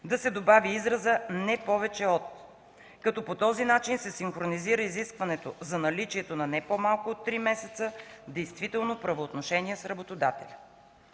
да се добави изразът „не повече от”, като по този начин се синхронизира изискването за наличието на не по-малко от 3 месеца действително правоотношение с работодателя.